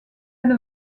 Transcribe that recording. elle